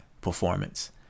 Performance